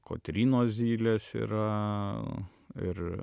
kotrynos zylės yra ir